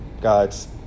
God's